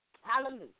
Hallelujah